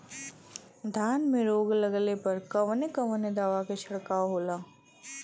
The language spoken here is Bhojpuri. धान में रोग लगले पर कवन कवन दवा के छिड़काव होला?